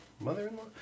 mother-in-law